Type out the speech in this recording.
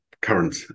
current